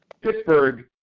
Pittsburgh